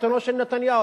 עיתונו של נתניהו,